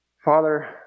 Father